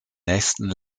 nächsten